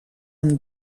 amb